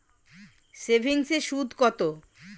সেভিংসে সুদ কত?